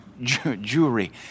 Jewelry